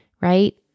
right